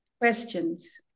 Questions